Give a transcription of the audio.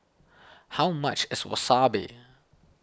how much is Wasabi